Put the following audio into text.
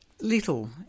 little